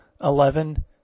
eleven